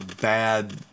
bad